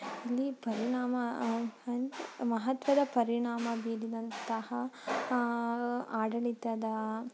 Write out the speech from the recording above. ಇಲ್ಲಿ ಪರಿಣಾಮ ಮಹತ್ವದ ಪರಿಣಾಮ ಬೀರಿದಂತಹ ಆಡಳಿತದ